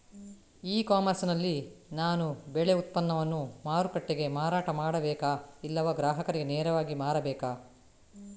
E commerce ನಲ್ಲಿ ನಾನು ಬೆಳೆ ಉತ್ಪನ್ನವನ್ನು ಮಾರುಕಟ್ಟೆಗೆ ಮಾರಾಟ ಮಾಡಬೇಕಾ ಇಲ್ಲವಾ ಗ್ರಾಹಕರಿಗೆ ನೇರವಾಗಿ ಮಾರಬೇಕಾ?